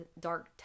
dark